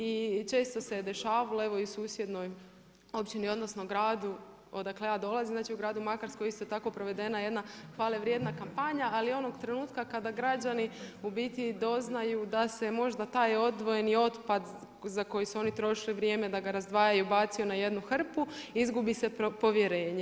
I često se je dešavalo evo i u susjednoj općini odnosno gradu odakle ja dolazim u gradu Makarskoj isto tako provedena je hvale vrijedna kampanja, ali onog trenutka kada građani u biti doznaju da se možda taj odvojeni otpad za koji su oni trošili vrijeme da ga razdvajaju bacio na jednu hrpu izgubi se povjerenje.